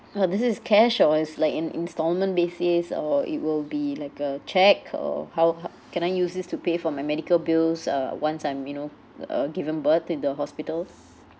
uh this is cash or it's like in installment basis or it will be like a cheque or how can I use this to pay for my medical bills uh once I'm you know uh uh given birth in the hospitals